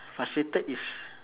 frustrated is